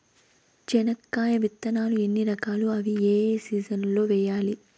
చెనక్కాయ విత్తనాలు ఎన్ని రకాలు? అవి ఏ ఏ సీజన్లలో వేయాలి?